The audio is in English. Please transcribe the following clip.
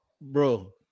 bro